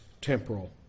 temporal